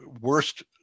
worst